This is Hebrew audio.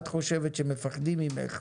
את חושבת שמפחדים ממך,